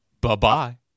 Bye-bye